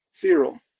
zero